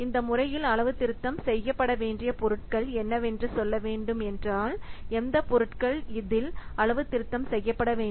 இந்த முறையில் அளவுத்திருத்தம் செய்யப்பட வேண்டிய பொருட்கள் என்னவென்று சொல்ல வேண்டும் என்றால் எந்த பொருட்கள் இதில் அளவு திருத்தம் செய்யப்பட வேண்டும்